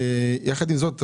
יחד עם זאת,